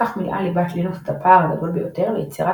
כך מילאה ליבת לינוקס את הפער הגדול ביותר ליצירת